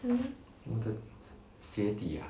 hmm